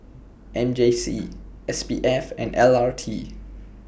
M J C S P F and L R T